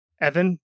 Evan